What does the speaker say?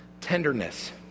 Tenderness